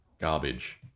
garbage